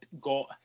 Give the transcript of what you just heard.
got